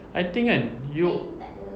I think kan you